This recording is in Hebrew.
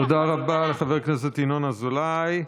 תודה רבה לחבר הכנסת ינון אזולאי.